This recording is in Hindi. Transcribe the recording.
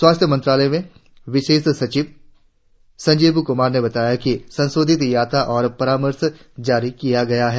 स्वास्थ्य मंत्रालय में विशेष सचिव संजीव कुमार ने बताया कि संशोधित यात्रा परामर्श जारी किया गया है